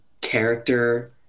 character